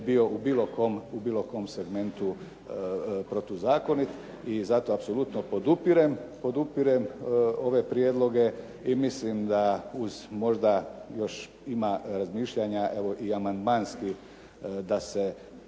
bio u bilo kom segmentu protuzakonit i zato apsolutno podupirem ove prijedloge. I mislim da uz možda još ima razmišljanja evo i amandmanski da se